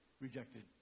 rejected